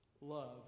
love